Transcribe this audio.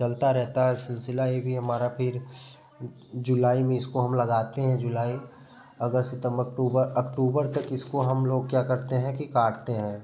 चलता रहता है सिलसिला एक ये हमारा फिर जुलाई में इसको हम लगते हैं जुलाई अगस्त सितंबर अक्टूबर अक्टूबर तक इसको हम लोग क्या करते हैं कि काटते हैं